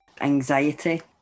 anxiety